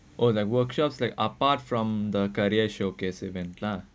oh like workshops like apart from the korea showcase event lah